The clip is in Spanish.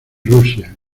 rusia